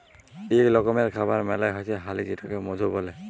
ইক রকমের খাবার মালে হচ্যে হালি যেটাকে মধু ব্যলে